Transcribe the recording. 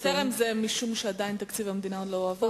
"טרם" זה משום שתקציב המדינה עדיין לא עבר?